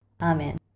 Amen